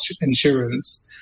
insurance